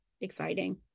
exciting